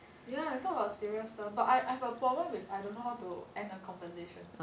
ya we talk about serious stuff but I I have a problem with I don't know how to end the conversation